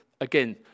again